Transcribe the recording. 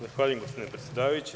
Zahvaljujem, gospodine predsedavajući.